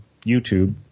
YouTube